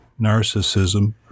narcissism